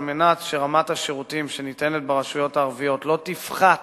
על מנת שרמת השירותים שניתנת ברשויות הערביות לא תפחת